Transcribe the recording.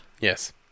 Yes